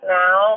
now